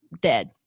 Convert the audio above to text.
dead